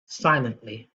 silently